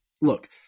look